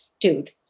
dude